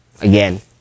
again